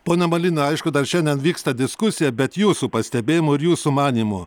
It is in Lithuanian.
ponia malinina aišku dar šiandien vyksta diskusija bet jūsų pastebėjimu ir jūsų manymu